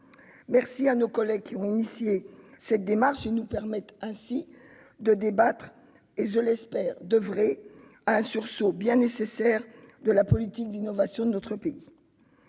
Merci à nos collègues qui ont entrepris cette démarche, nous permettant ainsi de débattre et, je l'espère, d'oeuvrer à un sursaut bien nécessaire de la politique d'innovation de notre pays.